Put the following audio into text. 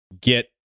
get